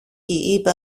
είπε